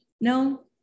No